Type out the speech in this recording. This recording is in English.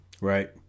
Right